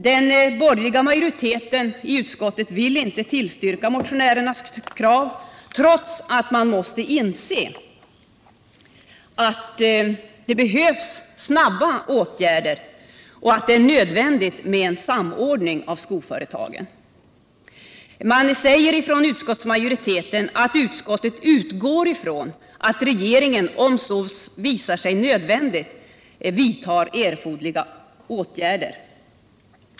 Den borgerliga majoriteten i utskottet vill inte tillstyrka motionärernas krav trots att man måste inse att det behövs snabba åtgärder och att det är nödvändigt med en samordning av skoföretagen. Utskottsmajoriteten utgår från att regeringen, om så visar sig nödvändigt, 41 vidtar erforderliga åtgärder.